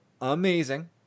amazing